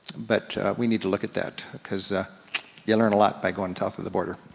but we need to look at that, because you learn a lot by going south of the border.